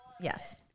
Yes